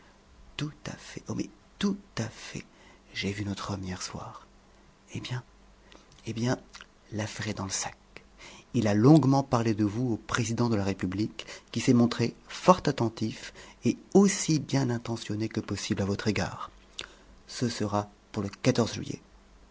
tout à fait oh mais tout à fait j'ai vu notre homme hier soir eh bien eh bien l'affaire est dans le sac il a longuement parlé de vous au président de la république qui s'est montré fort attentif et aussi bien intentionné que possible à votre égard ce sera pour le juillet